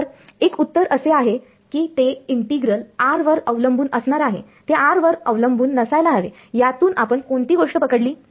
तर एक उत्तर असे आहे की ते इंटीग्रल r वर अवलंबून असणार आहे ते r वर अवलंबून नसायला हवी यातून आपण कोणती गोष्ट पकडली